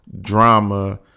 drama